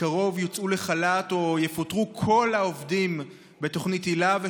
בקרוב יוצאו לחל"ת או יפוטרו כל העובדים בתוכנית היל"ה,